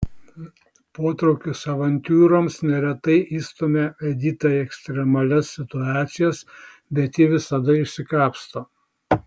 potraukis avantiūroms neretai įstumia editą į ekstremalias situacijas bet ji visada išsikapsto